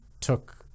took